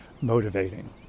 motivating